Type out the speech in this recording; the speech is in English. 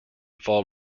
fall